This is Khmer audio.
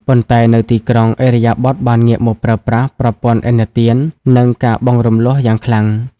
ប៉ុន្តែនៅក្នុងទីក្រុង ឥរិយាបថបានងាកមកប្រើប្រាស់ "ប្រព័ន្ធឥណទាន និងការបង់រំលស់" យ៉ាងខ្លាំង។